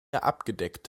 abgedeckt